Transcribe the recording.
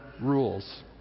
rules